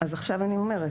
אז עכשיו אני אומרת,